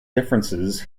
differences